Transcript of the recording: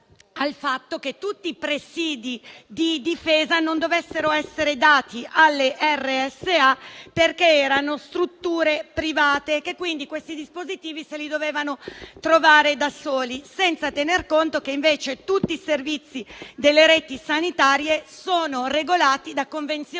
al fatto che tutti i presidi di difesa non dovessero essere dati alle RSA, perché erano strutture private, le quali dovevano reperire quei dispositivi da sole, senza tener conto che invece tutti i servizi delle reti sanitarie sono regolati da convenzioni